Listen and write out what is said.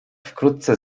wkrótce